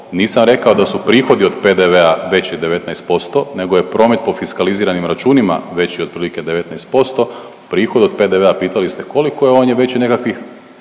nisam rekao da su prihodi od PDV-a veći 19%, nego je promet po fiskaliziranim računima veći otprilike 19%, prihod od PDV-a, pitali ste koliko je, on je veći nekakvih,